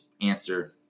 answer